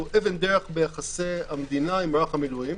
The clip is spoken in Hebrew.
אבן דרך ביחסי המדינה עם מערך המילואים,